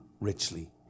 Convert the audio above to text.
richly